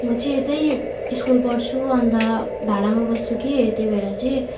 म चाहिँ यतै स्कुल पढ्छु अनि त भाडामा बस्छु कि त्यही भएर चाहिँ